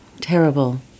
Terrible